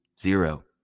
zero